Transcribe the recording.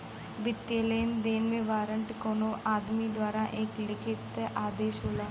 वित्तीय लेनदेन में वारंट कउनो आदमी द्वारा एक लिखित आदेश होला